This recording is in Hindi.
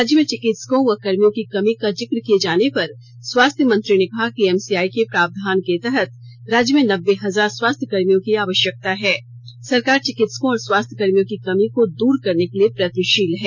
राज्य में चिकित्सकों व कर्मियों की कमी का जिक्र किए जाने पर स्वास्थ्य मंत्री ने कहा कि एमसीआई के प्रावधान के तहत राज्य में नब्बे हजार स्वास्थ्य कर्मियों की आवश्यकता है सरकार चिकित्सकों और स्वास्थ्य कर्मियों की कमी को दूर करने के लिए प्रयत्नशील है